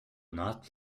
not